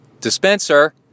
dispenser